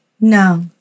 No